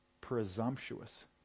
presumptuous